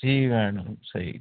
ٹھیک ہے مڈم صحیح ہے